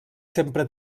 sempre